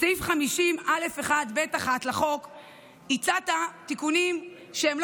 בסעיף 50א1 (ב)1 לחוק הצעת תיקונים שלא